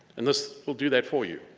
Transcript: and this will do that for you.